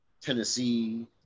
Tennessee